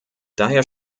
daher